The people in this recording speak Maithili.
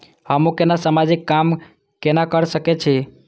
हमू केना समाजिक काम केना कर सके छी?